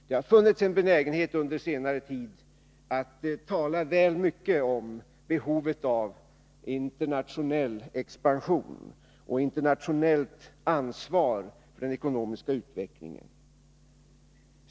Det har under senare tid funnits en benägenhet att tala väl mycket om behovet av internationell expansion och internationellt ansvar för den ekonomiska utvecklingen.